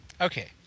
Okay